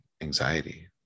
anxiety